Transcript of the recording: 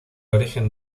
origen